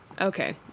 Okay